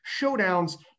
Showdowns